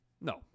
No